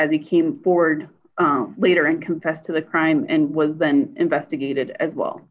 as he came forward later and confessed to the crime and was then investigated as well